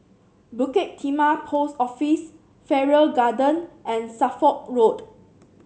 Bukit Timah Post Office Farrer Garden and Suffolk Road